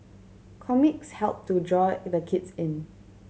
comics help to draw the kids in